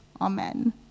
Amen